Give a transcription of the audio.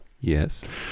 Yes